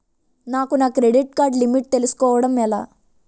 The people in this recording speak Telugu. నాకు నా క్రెడిట్ కార్డ్ లిమిట్ తెలుసుకోవడం ఎలా?